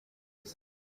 gusa